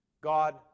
God